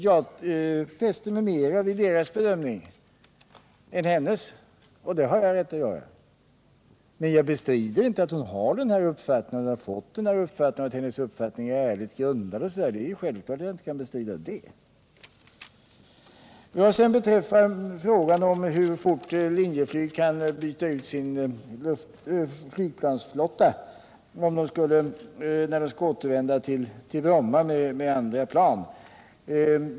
Jag fäster mig mer vid deras bedömning än hennes, och jag har rätt att göra det. Men jag bestrider inte att hon har den uppfattning hon har och att hennes uppfattning är ärligt grundad — det är självklart. Jag övergår sedan till frågan om hur fort Linjeflyg kan byta ut flygplansflottan när man skall återvända till Bromma med andra plan.